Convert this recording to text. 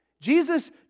Jesus